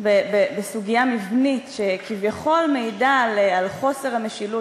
בסוגיה מבנית שכביכול מעידה על חוסר משילות